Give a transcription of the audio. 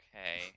Okay